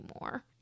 more